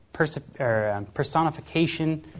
personification